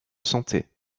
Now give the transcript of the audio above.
santé